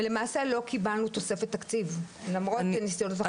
ולמעשה לא קיבלנו תוספת תקציב למרות הניסיונות.